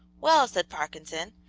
well, said parkinson,